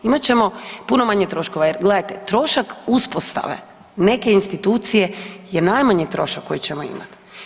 Imat ćemo puno manje troškova jer gledajte, trošak uspostave neke institucije je najmanji trošak koji ćemo imat.